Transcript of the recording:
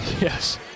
Yes